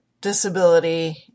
disability